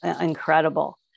incredible